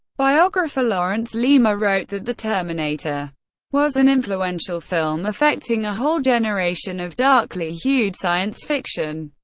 biographer laurence leamer wrote that the terminator was an influential film affecting a whole generation of darkly hued science fiction,